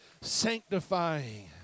sanctifying